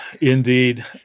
Indeed